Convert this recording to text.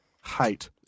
height